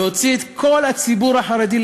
להוציא את כל הציבור החרדי,